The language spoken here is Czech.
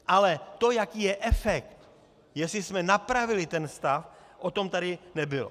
Ale to, jaký je efekt, jestli jsme napravili ten stav, o tom tady nebylo.